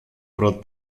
pro